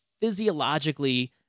physiologically